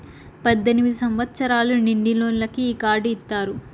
పద్దెనిమిది సంవచ్చరాలు నిండినోళ్ళకి ఈ కార్డు ఇత్తారు